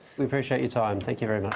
we appreciate your time. thank you very